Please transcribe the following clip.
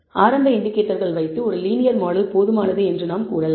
எனவே ஆரம்ப இன்டிகேட்டர்கள் வைத்து ஒரு லீனியர் மாடல் போதுமானது என்று நாம் கூறலாம்